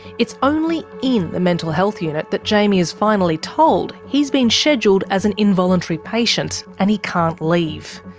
it's only in the mental health unit that jaimie is finally told he's been scheduled as an involuntary patient and he can't leave.